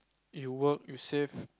if you work you save